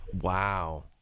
Wow